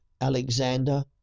Alexander